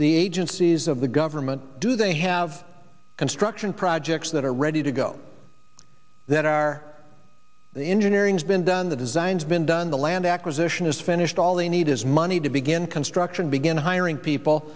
the agencies of the government do they have construction projects that are ready to go that are the engineering has been done the designs been done the land acquisition is finished all they need is money to begin construction begin hiring people